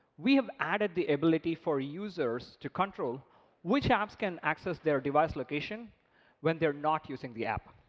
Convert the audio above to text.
we have added the ability for users to control which apps can access their device location when they're not using the app.